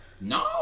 No